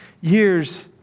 years